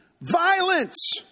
Violence